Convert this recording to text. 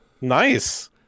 Nice